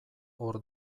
hor